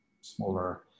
smaller